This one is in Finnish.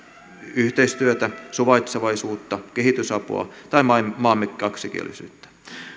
yhteistyötä suvaitsevaisuutta kehitysapua tai maamme kaksikielisyyttä